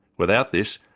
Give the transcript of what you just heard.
without this,